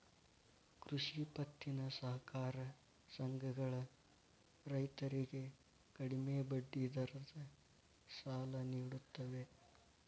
ಕೃಷಿ ಪತ್ತಿನ ಸಹಕಾರ ಸಂಘಗಳ ರೈತರಿಗೆ ಕಡಿಮೆ ಬಡ್ಡಿ ದರದ ಸಾಲ ನಿಡುತ್ತವೆ